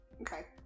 Okay